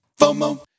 fomo